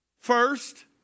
first